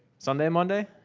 sunday and monday.